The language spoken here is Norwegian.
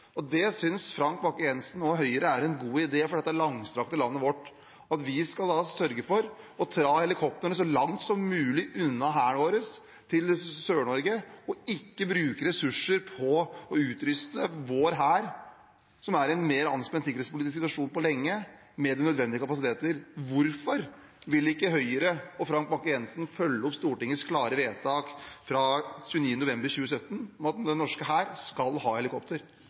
Frank Bakke-Jensen og Høyre synes det er en god idé for dette langstrakte landet vårt at vi skal ha helikoptrene så langt som mulig unna Hæren vår, i Sør-Norge, og ikke bruke ressurser på å utruste vår hær, som er i en mer anspent sikkerhetspolitisk situasjon enn på lenge, med de nødvendige kapasiteter. Hvorfor vil ikke Høyre og Frank Bakke-Jensen følge opp Stortingets klare vedtak fra 29. november 2017 om at den norske hær skal ha helikopter?